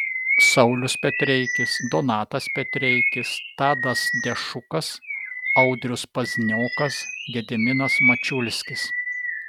saulius petreikis donatas petreikis tadas dešukas audrius pazniokas gediminas mačiulskis